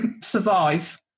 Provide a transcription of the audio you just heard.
survive